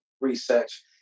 research